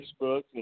Facebook